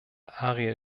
ariel